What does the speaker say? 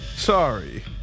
sorry